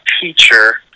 teacher